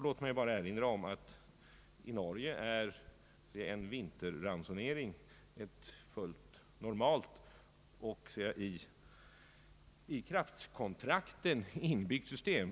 Låt mig erinra om att i Norge är en vinterransonering ett fullt normalt och i kraftkontrakten inbyggt system.